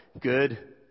Good